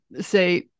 say